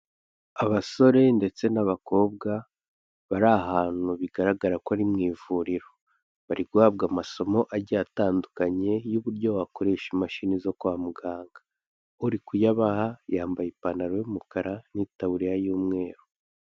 Abasore ndetse n'abakobwa bari ahantu bigaragara ko ari mu ivuriro, bari guhabwa amasomo agiye atandukanye y'uburyo bakoresha imashini zo kwa muganga, uri kuyabaha yambaye ipantaro y'umukara n'itaburiya y'umweru.